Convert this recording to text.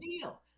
deal